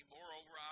Moreover